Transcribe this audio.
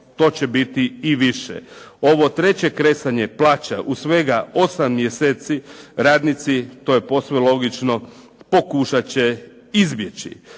to će biti i više. Ovo treće kresanje plaća u svega 8 mjeseci radnici, to je posve logično, pokušat će izbjeći.